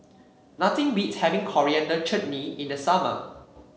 nothing beats having Coriander Chutney in the summer